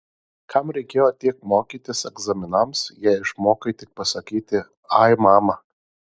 kam reikėjo tiek mokytis egzaminams jei išmokai tik pasakyti ai mama